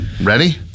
Ready